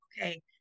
Okay